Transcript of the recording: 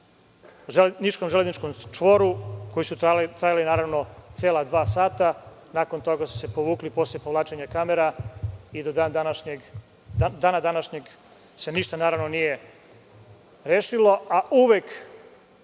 niškom železničkom čvoru koji su trajali cela dva sata, a nakon toga su se povukli posle povlačenja kamera i do dana današnjeg se ništa nije rešilo, a uvek